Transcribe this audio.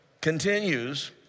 continues